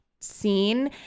scene